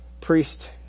priest